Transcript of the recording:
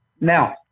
Now